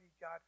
God